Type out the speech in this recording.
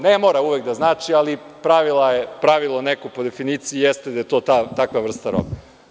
Ne mora uvek da znači ali pravilo neko po definiciji jeste da je to takva vrsta robe.